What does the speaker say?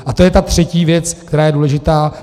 A to je ta třetí věc, která je důležitá.